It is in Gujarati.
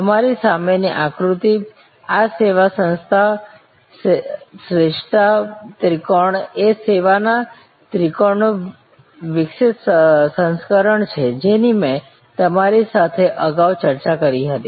તમારી સામેની આકૃતિ આ સેવા સંસ્થા શ્રેષ્ઠતા ત્રિકોણ એ સેવાના ત્રિકોણનું વિકસિત સંસ્કરણ છે જેની મેં તમારી સાથે અગાઉ ચર્ચા કરી હતી